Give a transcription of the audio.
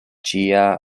ĝia